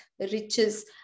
riches